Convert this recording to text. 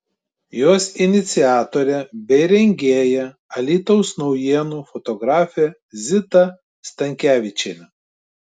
jos iniciatorė bei rengėja alytaus naujienų fotografė zita stankevičienė